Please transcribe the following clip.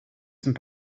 some